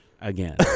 again